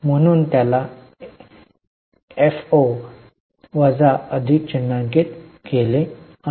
म्हणून मी त्याला एफओ वजा व अधिक चिन्हांकित केले आहे